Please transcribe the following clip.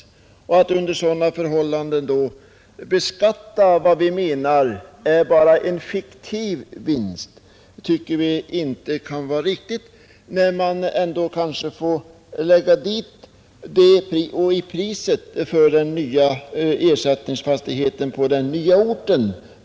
Att beskatta den lilla och enligt vår mening fiktiva vinst, som eventuellt uppstår i ett sådant fall, kan inte vara riktigt eftersom den ändå kanske går åt för att betala ersättningsfastigheten på den nya orten.